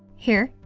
here,